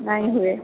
ନାଇଁ ହୁଏ